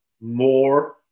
more